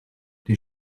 die